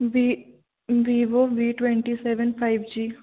we Vivo V twenty seven five ji